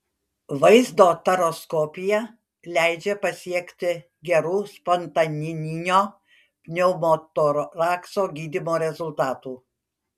vaizdo torakoskopija leidžia pasiekti gerų spontaninio pneumotorakso gydymo rezultatų